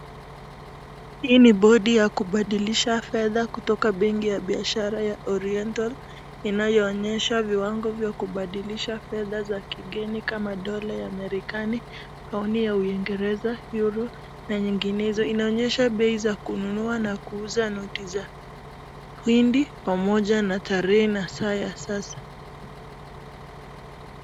Hii ni bodi ya kubadilisha fedha kutoka benki ya biashara ya Oriental inayooonyesha viwango ya kubadilisha fedha za kigeni kama Dola ya Marekani, Paoni ya Uingereza, Yuro na nyinginezo. Inaonyesha bei za kununua na kuuza noti zake, windi pamoja na tarehe ya sasa.